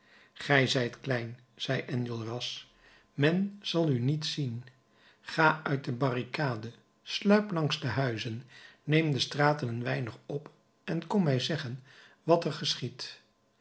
gij zijt klein zei enjolras men zal u niet zien ga uit de barricade sluip langs de huizen neem de straten een weinig op en kom mij zeggen wat er geschiedt